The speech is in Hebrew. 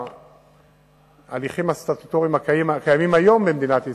הכביש מקודם בשני מקטעים: קטע אחד,